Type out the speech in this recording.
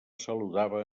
saludava